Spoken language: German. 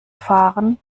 fahren